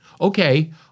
Okay